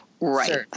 Right